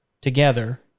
together